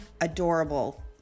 adorable